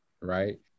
right